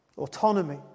Autonomy